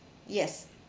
yes